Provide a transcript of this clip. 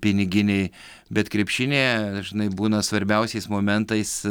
piniginei bet krepšinyje dažnai būna svarbiausiais momentais